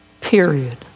Period